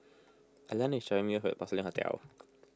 Ellen is dropping me off at Porcelain Hotel